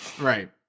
Right